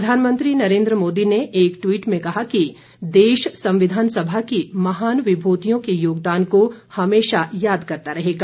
प्रधानमंत्री नरेंद्र मोदी ने एक ट्वीट में कहा कि देश संविधान सभा की महान विभतियों के योगदान को हमेशा याद करता रहेगा